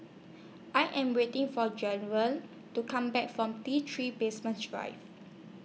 I Am waiting For Jairo to Come Back from T three Basement Drive